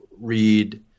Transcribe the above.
read